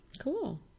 Cool